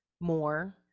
more